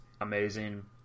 amazing